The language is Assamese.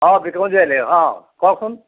অ বিতুপন জুয়েলাৰী অ কওকচোন